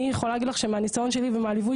אני יכולה להגיד לך שמהניסיון שלי ומהליווי